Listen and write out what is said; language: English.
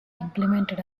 implemented